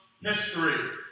history